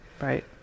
Right